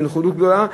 בנוכחות גדולה,